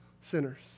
sinners